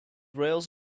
rails